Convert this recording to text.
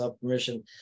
permission